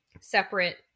separate